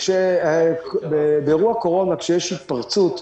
ובאירוע קורונה, כשיש התפרצות,